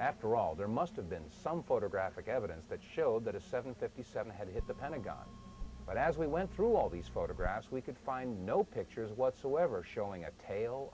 after all there must have been some photographic evidence that showed that a seven fifty seven had hit the pentagon but as we went through all these photographs we could find no pictures whatsoever showing a tail